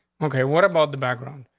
okay, what about the background?